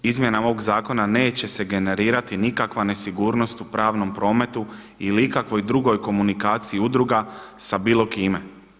Izmjenom ovog zakona neće se generirati nikakva nesigurnost u pravnom prometu ili ikakvoj drugoj komunikaciji udruga s bilo kime.